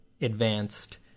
advanced